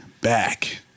back